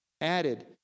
Added